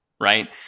right